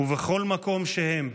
ובכל מקום שהם,